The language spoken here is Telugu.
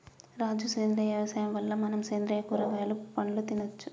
రాజు సేంద్రియ యవసాయం వల్ల మనం సేంద్రియ కూరగాయలు పండ్లు తినచ్చు